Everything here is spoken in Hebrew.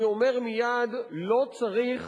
אני אומר מייד: לא צריך,